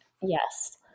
Yes